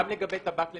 גם לגבי טבק למקטרת?